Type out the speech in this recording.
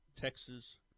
Texas